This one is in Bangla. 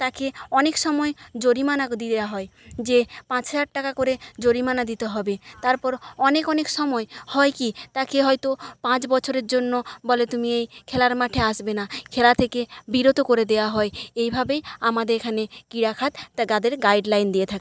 তাকে অনেক সময় জরিমানা দিয়া হয় যে পাঁচ হাজার টাকা করে জরিমানা দিতে হবে তারপরও অনেক অনেক সময় হয় কি তাকে হয়তো পাঁচ বছরের জন্য বলে তুমি এই খেলার মাঠে আসবে না খেলা থেকে বিরত করে দেওয়া হয় এইভাবেই আমাদের এখানে ক্রীড়া খাত তাদের গাইডলাইন দিয়ে